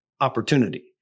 opportunity